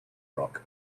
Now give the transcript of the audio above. rock